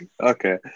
Okay